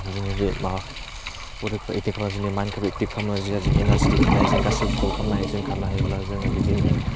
जोंनि बे मा बदिखौ एकटिभ खालामबा जोंनि माइन्दखौ एकटिभ खालामनो जिआ जि एनारजि लिंक थानाय जों गासिबो बुस्थुखौ खालामनो हायो जों खालामनो हायोब्ला जोङो बिदिनो